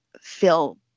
feel